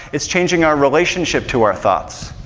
it's changing our relationship to our thoughts.